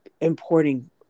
importing